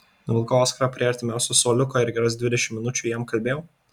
nuvilkau oskarą prie artimiausio suoliuko ir geras dvidešimt minučių jam kalbėjau